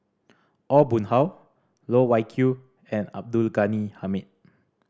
Aw Boon Haw Loh Wai Kiew and Abdul Ghani Hamid